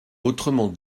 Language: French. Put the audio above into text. autrement